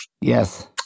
Yes